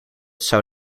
zou